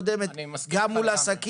שקשור בהפקת לקחים מהפעם הקודמת גם מול עסקים,